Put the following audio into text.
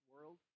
world